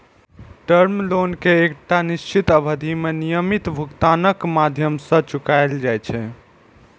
term loan कें एकटा निश्चित अवधि मे नियमित भुगतानक माध्यम सं चुकाएल जाइ छै